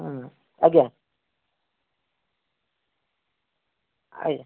ହୁଁ ଆଜ୍ଞା ଆଜ୍ଞା